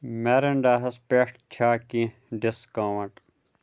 میرینیڈاہَس پٮ۪ٹھ چھا کینٛہہ ڈِسکاوُنٛٹ